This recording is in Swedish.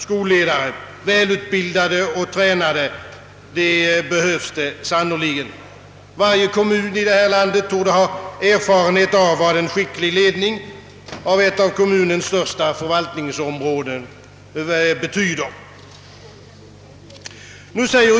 Väl utbildade och tränade skolledare behövs det sannerligen. Varje kommun i landet torde ha erfarenhet av vad en skicklig ledning av ett av dess största förvaltningsområden betyder.